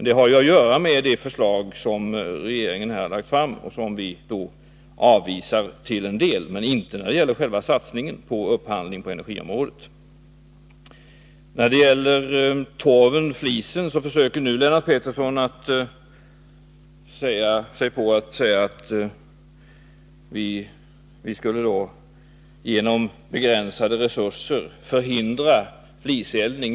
Det har att göra med det förslag som regeringen har lagt fram och som vi avvisar till en del men inte när det gäller själva När det gäller anläggningar som eldas med torv och flis påstår Lennart Fredagen den Pettersson att vi genom att vilja begränsa resurserna försöker förhindra 17 december 1982 fliseldning.